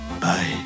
bye